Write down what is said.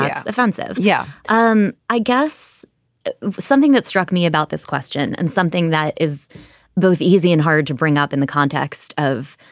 it's offensive. yeah, um i guess it was something that struck me about this question and something that is both easy and hard to bring up in the context of,